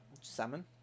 Salmon